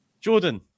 Jordan